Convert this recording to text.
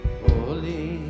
holy